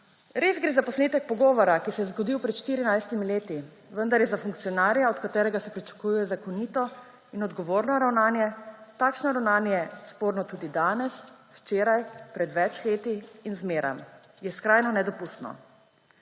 Res gre za posnetek pogovora, ki se je zgodil pred 14 leti, vendar je za funkcionarja, od katerega se pričakuje zakonito in odgovorno ravnanje, takšno ravnanje sporno tudi danes, včeraj, pred več leti in zmeraj. Je skrajno nedopustno.